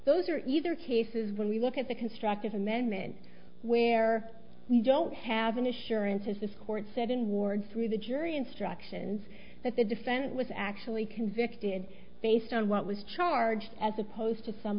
those are either cases when we look at the constructive amendment where we don't have an assurance as this court said in ward's through the jury instructions that the defendant was actually convicted based on what was charged as opposed to some